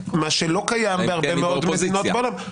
מה שלא קיים בהרבה מאוד מדינות בעולם.